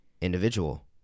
individual